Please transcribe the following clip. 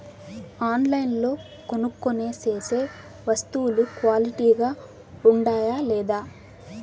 ఆన్లైన్లో కొనుక్కొనే సేసే వస్తువులు క్వాలిటీ గా ఉండాయా లేదా?